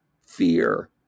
Fear